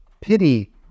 pity